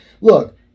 look